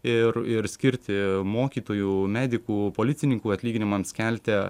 ir ir skirti mokytojų medikų policininkų atlyginimams kelti